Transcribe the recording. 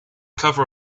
cover